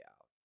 out